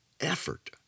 effort